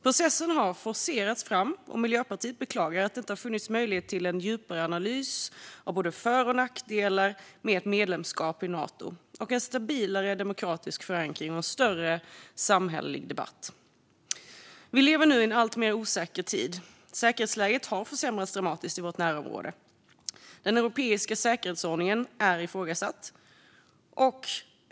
Processen har forcerats fram, och Miljöpartiet beklagar att inte har funnits möjlighet till en djupare analys av både för och nackdelar med ett medlemskap i Nato, en stabilare demokratisk förankring och större samhällelig debatt. Vi lever nu i en alltmer osäker tid. Säkerhetsläget har försämrats dramatiskt i vårt närområde. Den europeiska säkerhetsordningen är ifrågasatt.